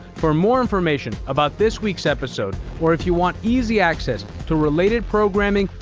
for more information about this week's episode or if you want easy access to related programming,